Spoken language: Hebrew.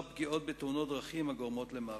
הפגיעות בתאונות דרכים הגורמות למוות.